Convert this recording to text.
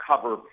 cover